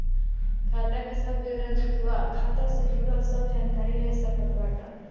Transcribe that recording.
खाता के सब विवरण से तू खाता से जुड़ल सब जानकारी ले सकत बाटअ